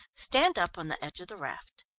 stand up on the edge of the raft.